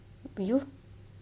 you